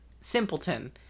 simpleton